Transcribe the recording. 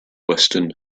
western